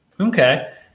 Okay